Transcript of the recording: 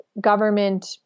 government